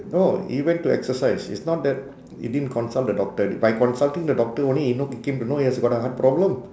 no he went to exercise it's not that he didn't consult the doctor by consulting the doctor only he know he came to know he has got a heart problem